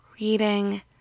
reading